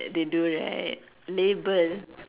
they do right label